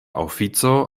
ofico